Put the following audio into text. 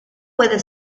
puede